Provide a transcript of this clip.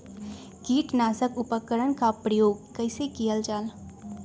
किटनाशक उपकरन का प्रयोग कइसे कियल जाल?